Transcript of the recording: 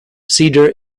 cedar